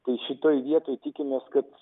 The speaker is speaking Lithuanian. tai šitoj vietoj tikimės kad